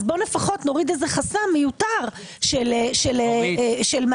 אז לפחות נוריד חסם מיותר של מס.